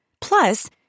Plus